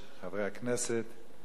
חברי הכנסת,